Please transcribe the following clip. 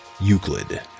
Euclid